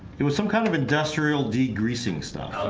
it was some kind of industrial? degreasing stuff,